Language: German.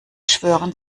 schwören